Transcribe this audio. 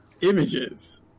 images